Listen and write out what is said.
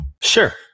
Sure